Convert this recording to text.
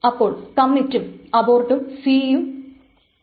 അപ്പോൾ കമ്മിറ്റും അബോർട്ടും c യും a യും ആണ്